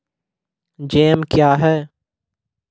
Jam क्या हैं?